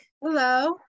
Hello